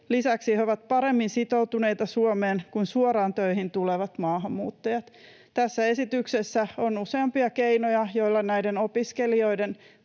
Lisäksi he ovat paremmin sitoutuneita Suomeen kuin suoraan töihin tulevat maahanmuuttajat. Tässä esityksessä on useampia keinoja, joilla näiden opiskelijoiden